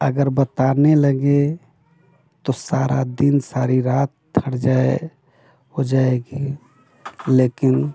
अगर बताने लगे तो सारा दिन सारी रात हट जाए हो जाएगी लेकिन